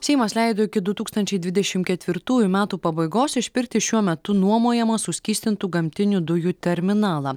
seimas leido iki du tūkstančiai dvidešim ketvirtųjų metų pabaigos išpirkti šiuo metu nuomojamą suskystintų gamtinių dujų terminalą